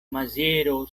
maziero